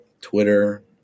Twitter